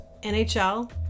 NHL